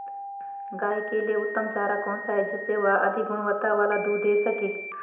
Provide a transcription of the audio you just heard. गाय के लिए उत्तम चारा कौन सा है जिससे वह अधिक गुणवत्ता वाला दूध दें सके?